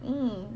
mm